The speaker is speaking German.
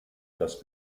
das